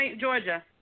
Georgia